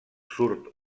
surt